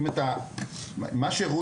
זאת אומרת מה שהמנכ"לית,